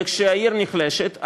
וכשהעיר נחלשת,